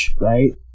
right